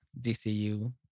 DCU